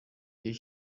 gihe